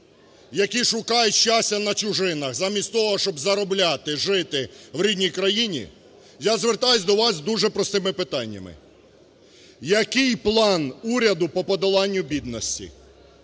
які шукають щастя на чужинах, замість того щоб заробляти, жити в рідній країні, я звертаюсь до вас з дуже простими питаннями: який план уряду по подоланню бідності?